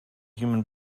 human